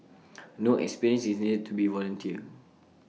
no experience is needed to volunteer